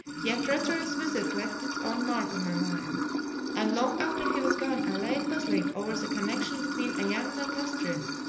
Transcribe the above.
yet rattray's visit left its own mark on my mind and long after he was gone i lay puzzling over the connection between a young lancastrian,